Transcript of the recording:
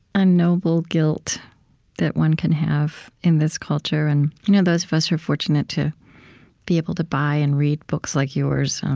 a noble guilt that one can have in this culture, and you know those of us who are fortunate to be able to buy and read books like yours,